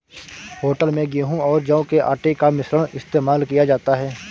hotel में गेहूं और जौ के आटे का मिश्रण इस्तेमाल किया जाता है